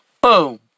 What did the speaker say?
Boom